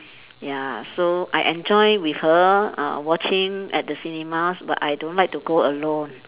ya so I enjoy with her uh watching at the cinemas but I don't like to go alone